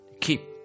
keep